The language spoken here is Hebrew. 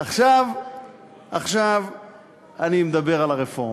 עכשיו אני מדבר על הרפורמה.